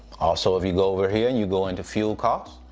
also, if you go over here and you go into fuel costs,